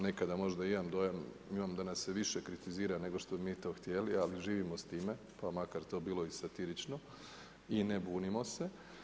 Nekada možda imam dojam da nas se više kritizira nego što bi mi to htjeli, ali živimo s time, pa makar to bilo i satirično i ne bunimo se.